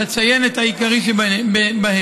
ואציין את העיקרי שבהם: